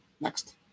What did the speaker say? Next